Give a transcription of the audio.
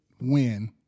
win